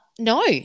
No